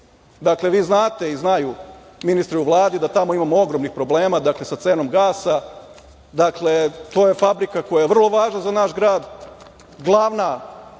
Dakle, vi znate i znaju ministri u Vladi da tamo imamo ogromnih problema sa cenom gasa. To je fabrika koja je vrlo važna za naš grad. Glavna